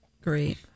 great